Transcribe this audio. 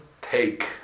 take